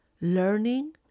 learning